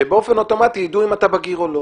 שבאופן אוטומטי ידעו אם אתה בגיר או לא.